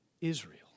Israel